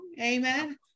Amen